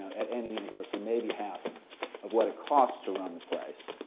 at any university, maybe half of what it costs to run the place.